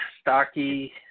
stocky